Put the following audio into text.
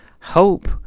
hope